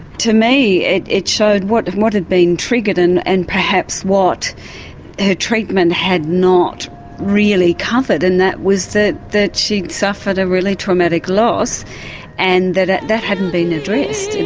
to me it it showed what what had been triggered and and perhaps what her treatment had not really covered, and that was that that she'd suffered a really traumatic loss and that ah that hadn't been addressed,